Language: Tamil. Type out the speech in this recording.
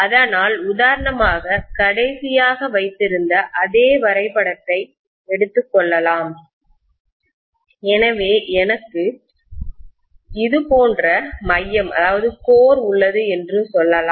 அதனால் உதாரணமாக கடைசியாக வைத்திருந்த அதே வரைபடத்தை எடுத்துக்கொள்ளலாம் எனவே எனக்கு இது போன்ற மையம் கோர் உள்ளது என்று சொல்லலாம்